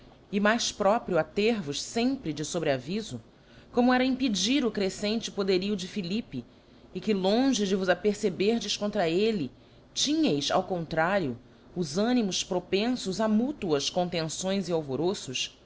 e mais próprio a tcr vos fempre de fobre avifo como era impedir o crefcente poderio de philippe e que longe de vos aperceberdes contra elle tinheis ao contrario os ânimos propenfos a mutuas contenções e alvorqtos